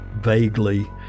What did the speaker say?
vaguely